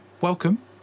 Welcome